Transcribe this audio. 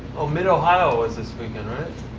oh, mid-ohio was this weekend, right?